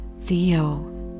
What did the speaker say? Theo